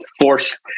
force